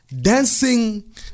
dancing